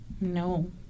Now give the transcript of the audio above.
no